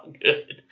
good